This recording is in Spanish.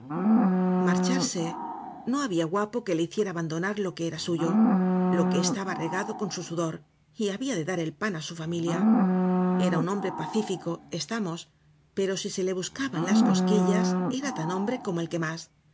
marcharse no había guapo que le hiciera abandonar lo que era suyo lo que estaba re gado con su sudor y había de clar el pan de su familia el era un hombre pacífico estamos pero si le buscaban las cosquillas era tan hom bre como el que más